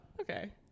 okay